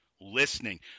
listening